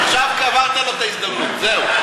עכשיו קברת לו את ההזדמנות, זהו.